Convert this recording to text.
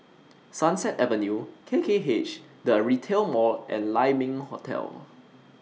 Sunset Avenue K K H The Retail Mall and Lai Ming Hotel